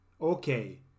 Okay